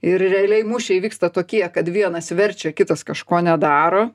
ir realiai mūšiai vyksta tokie kad vienas verčia kitas kažko nedaro